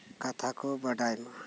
ᱠᱟᱛᱷᱟᱠᱚ ᱵᱟᱰᱟᱭᱢᱟ